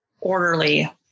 orderly